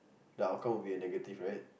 the outcome would be a negative right